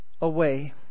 away